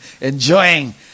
enjoying